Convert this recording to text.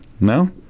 No